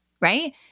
right